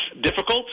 difficult